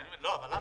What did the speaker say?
כן, אבל למה?